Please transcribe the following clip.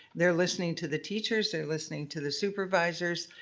their listening to the teachers, their listening to the supervisors,